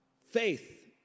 faith